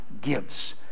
gives